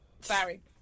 Sorry